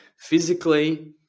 physically